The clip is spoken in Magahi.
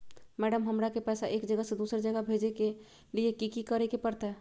मैडम, हमरा के पैसा एक जगह से दुसर जगह भेजे के लिए की की करे परते?